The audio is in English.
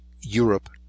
Europe